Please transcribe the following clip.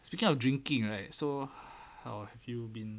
speaking of drinking right so how have you been